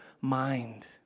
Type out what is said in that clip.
mind